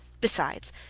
besides,